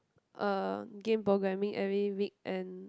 uh game programming every week and